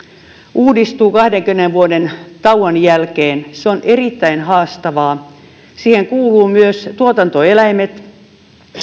uudistuu kahdenkymmenen vuoden tauon jälkeen se on erittäin haastavaa siihen kuuluvat myös tuotantoeläimet